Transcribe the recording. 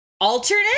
alternate